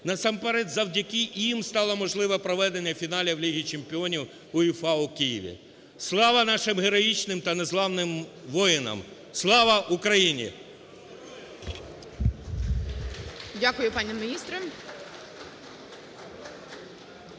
насамперед завдяки їм стало можливо проведення фіналів Ліги чемпіонів УЄФА у Києві. Слава нашим героїчним та незламним воїнам! Слава Україні!